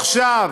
עכשיו,